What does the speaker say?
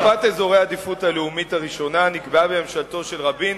מפת אזורי העדיפות הלאומית הראשונה נקבעה בממשלתו של רבין,